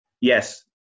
yes